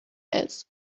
ears